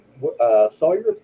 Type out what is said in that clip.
Sawyer